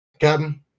Captain